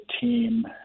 team